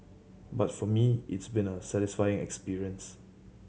but for me it's been a satisfying experience